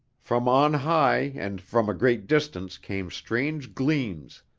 from on high and from a great distance came strange gleams,